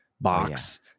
box